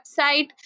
website